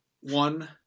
One